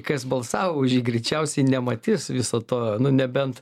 kas balsavo už jį greičiausiai nematys viso to nu nebent